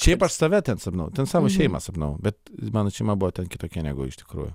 šiaip aš save sapnavau ten savo šeimą sapnavau bet mano šeima buvo ten kitokia negu iš tikrųjų